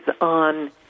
on